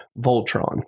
Voltron